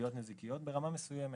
מתביעות נזיקיות ברמה מסוימת.